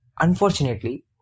unfortunately